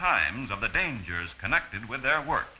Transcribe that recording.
times of the dangers connected with their work